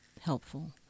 helpful